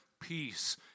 peace